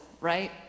right